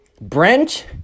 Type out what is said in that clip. Brent